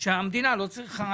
היום כ"א בסיון התשפ"ב,